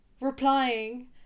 replying